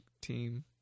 team